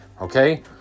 okay